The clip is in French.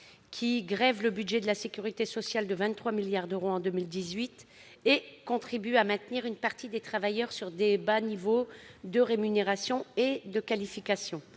qui grèvent le budget de la sécurité sociale à hauteur de 23 milliards d'euros en 2018 et contribuent à maintenir une partie des travailleurs à de bas niveaux de rémunération et de qualification.